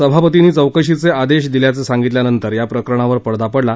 सभापतींनी चौकशीचे आदेश दिल्याचं सांगितल्यानंतर या प्रकरणावर पडदा पडला